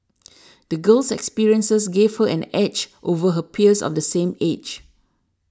the girl's experiences gave her an edge over her peers of the same age